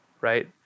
Right